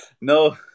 No